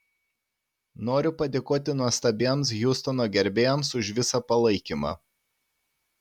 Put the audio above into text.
noriu padėkoti nuostabiems hjustono gerbėjams už visą palaikymą